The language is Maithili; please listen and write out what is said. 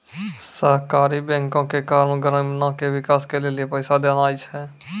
सहकारी बैंको के काम ग्रामीणो के विकास के लेली पैसा देनाय छै